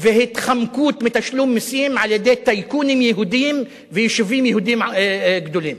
וההתחמקות מתשלום מסים על-ידי טייקונים יהודים ויישובים יהודים גדולים.